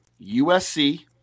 USC